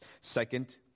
Second